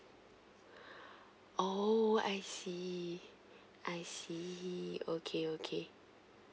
oh I see I see okay okay